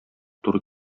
туры